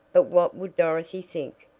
but what would dorothy think?